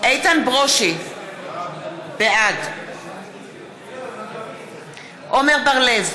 איתן ברושי, בעד עמר בר-לב,